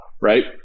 Right